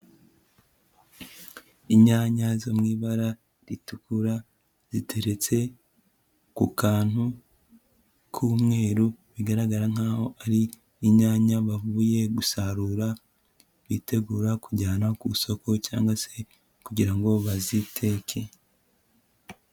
Inyanya zo mu ibara ritukura ziteretse ku kantu k'umweru, bigaragara nkaho ari inyanya bavuye gusarura bitegura kujyana ku isoko cyangwa se kugira ngo baziteke.